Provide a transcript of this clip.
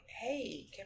hey